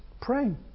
praying